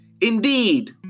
Indeed